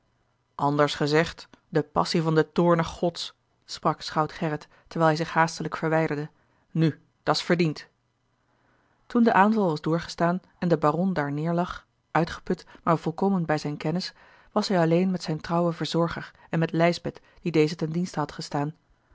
anders gezegd de passie van de toorne gods sprak schout gerrit terwijl hij zich haastelijk verwijderde nu dat's verdiend toen de aanval was doorgestaan en de baron daar neêrlag uitgeput maar volkomen bij zijne kennis was hij alleen met zijn trouwen verzorger en met lijsbeth die dezen ten dienste had gestaan